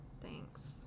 Thanks